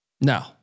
No